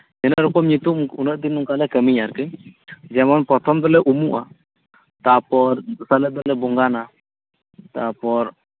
ᱛᱤᱱᱟᱹᱜ ᱨᱚᱠᱚᱢ ᱧᱩᱛᱩᱢ ᱩᱱᱟᱹᱜ ᱜᱮ ᱚᱱᱠᱟᱜᱮ ᱠᱟᱹᱢᱤᱭᱟᱞᱮ ᱟᱨᱠᱤ ᱡᱮᱢᱚᱱ ᱯᱨᱚᱛᱷᱚᱢ ᱫᱚᱞᱮ ᱩᱢᱩᱜᱼᱟ ᱛᱟᱨᱯᱚᱨ ᱫᱚᱥᱟᱨ ᱦᱤᱞᱳᱜ ᱫᱚᱞᱮ ᱵᱚᱸᱜᱟᱱᱼᱟ ᱛᱟᱨᱯᱚᱨ